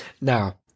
Now